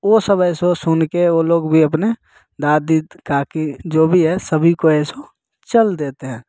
तो वो सब ऐसे सुनके वो लोग भी अपना दादी काकी जो भी है सभी को ऐसे चल देते हैं